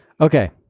Okay